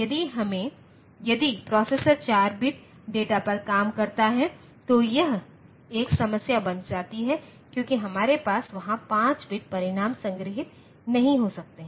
इसलिए यदि processor 4 bit data पर काम करता है तो यह एक समस्या बन जाती है क्योकि हमारे पास वहां 5 बिट परिणाम संग्रहीत नहीं हो सकते हैं